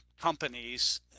companies